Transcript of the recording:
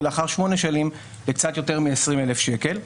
ולאחר שמונה שנים לקצת יותר מ-20,000 שקל.